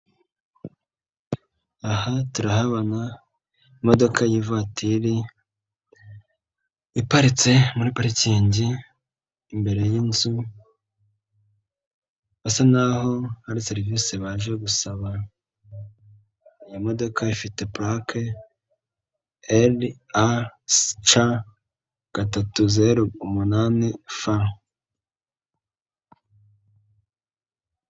Aha turahabona imodoka y'ivatiri iparitse muri parikingi imbere y'inzu, basa naho hari serivisi baje gusaba. Iyo modoka ifite pulake LAC308F.